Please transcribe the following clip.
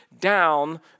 down